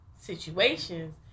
situations